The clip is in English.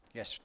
Yes